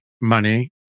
money